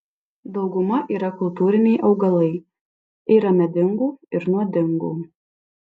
dauguma yra kultūriniai augalai yra medingų ir nuodingų